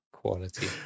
Quality